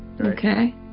Okay